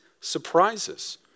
surprises